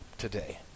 today